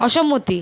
অসম্মতি